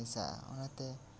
ᱢᱮᱥᱟᱜᱼᱟ ᱚᱱᱟᱛᱮ